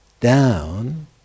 down